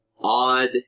odd